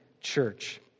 church